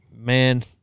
man